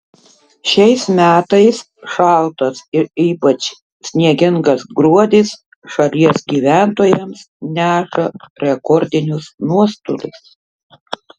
šiais metais šaltas ir ypač sniegingas gruodis šalies gyventojams neša rekordinius nuostolius